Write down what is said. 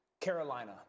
Carolina